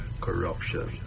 corruption